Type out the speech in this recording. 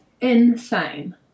insane